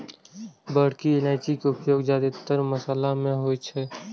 बड़की इलायची के उपयोग जादेतर मशाला मे होइ छै